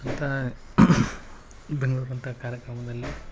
ಇಂತಹ ಬೆಂಗಳೂರ್ನಂಥ ಕಾರ್ಯಕ್ರಮದಲ್ಲಿ